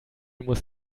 muss